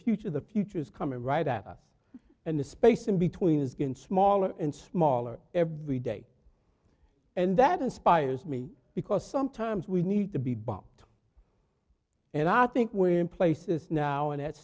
future the future is coming right at us and the space in between is getting smaller and smaller every day and that inspires me because sometimes we need to be bombed and i think we're in places now and that